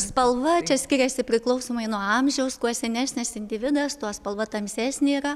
spalva čia skiriasi priklausomai nuo amžiaus kuo senesnis individas tuo spalva tamsesnė yra